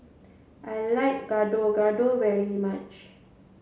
I like Gado Gado very much